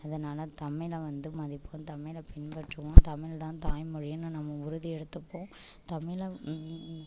அதனால் தமிழை வந்து மதிப்போம் தமிழை பின்பற்றுவோம் தமிழ் தான் தாய்மொழினு நம்ம உறுதி மொழி எடுத்துப்போம் தமிழை